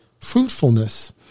fruitfulness